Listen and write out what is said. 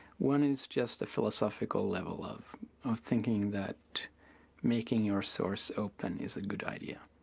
one is just the philosophical level of thinking that making your source open is a good idea.